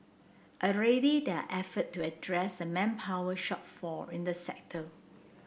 already there are effort to address the manpower shortfall in the sector